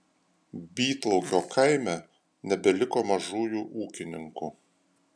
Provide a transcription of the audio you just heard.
bytlaukio kaime nebeliko mažųjų ūkininkų